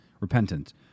repentance